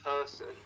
person